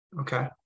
Okay